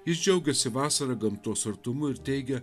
jis džiaugiasi vasara gamtos artumu ir teigia